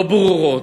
לא ברורות,